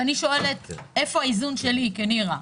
כשאני שואלת איפה האיזון שלי כנירה,